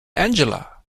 angela